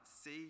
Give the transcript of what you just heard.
see